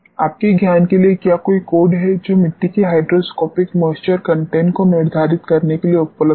आपके ज्ञान के लिए क्या कोई कोड है जो मिट्टी की हाइड्रोस्कोपिक मॉइस्चर कंटेंट को निर्धारित करने के लिए उपलब्ध है